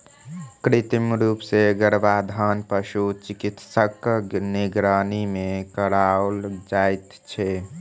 कृत्रिम रूप सॅ गर्भाधान पशु चिकित्सकक निगरानी मे कराओल जाइत छै